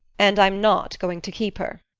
and i'm not going to keep her.